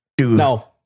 No